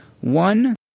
One